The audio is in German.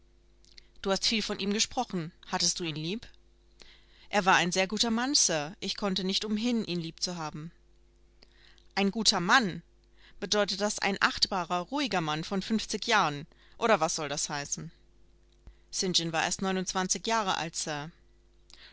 du hast viel von ihm gesprochen hattest du ihn lieb er war ein sehr guter mann sir ich konnte nicht umhin ihn lieb zu haben ein guter mann bedeutet das ein achtbarer ruhiger mann von fünfzig jahren oder was soll das heißen st john war erst neunundzwanzig jahre alt